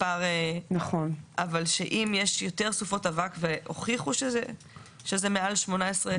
אבל שאם יש יותר סופות אבק והוכיחו שזה מעל 18,